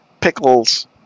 pickles